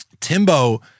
Timbo